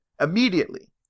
immediately